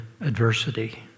adversity